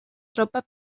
tropas